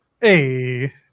hey